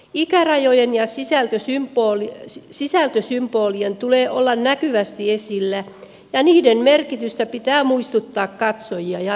ikärajojen ja sisältösymbolien tulee olla näkyvästi esillä ja niiden merkityksestä pitää muistuttaa katsojia jatkuvasti